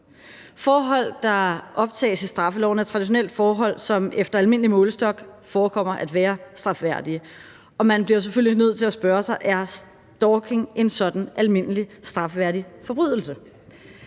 Forhold, der optages i straffeloven, er traditionelt forhold, som efter almindelig målestok forekommer at være strafværdige, og man bliver jo selvfølgelig nødt til at spørge sig selv, om stalking er en sådan almindelig strafværdig forbrydelse.